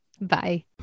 Bye